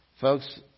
folks